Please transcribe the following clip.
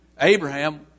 Abraham